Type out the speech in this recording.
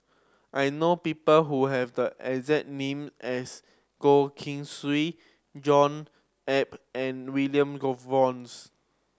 I know people who have the exact name as Goh Keng Swee John Eber and William